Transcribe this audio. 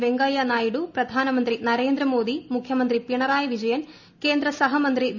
വെങ്കയ്യനായിഡു പ്രധാനമന്ത്രി നരേന്ദ്രമോദി മുഖ്യമന്ത്രി പിണറായി വിജയൻ കേന്ദ്രസഹമന്ത്രി വി